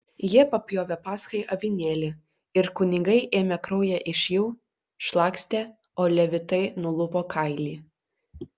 jie papjovė paschai avinėlį ir kunigai ėmė kraują iš jų šlakstė o levitai nulupo kailį